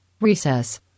Recess